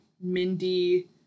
Mindy